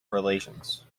relations